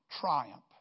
triumph